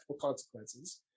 consequences